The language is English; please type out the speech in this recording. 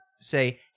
say